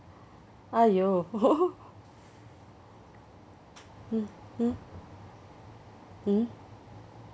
!aiyo! mm mm mm